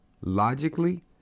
logically